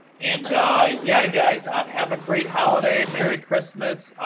and yeah, guys, ah um have a great holiday. merry christmas.